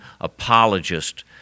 apologist